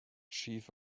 chief